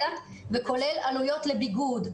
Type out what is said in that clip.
וכולל עלויות לביגוד,